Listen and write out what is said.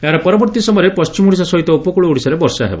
ଏହାର ପରବର୍ତୀ ସମୟରେ ପଣ୍କିମ ଓଡ଼ିଶା ସହିତ ଉପକୁଳା ଓଡ଼ିଶାରେ ବର୍ଷା ହେବ